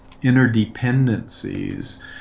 interdependencies